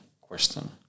question